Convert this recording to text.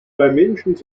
dimensions